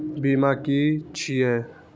बीमा की छी ये?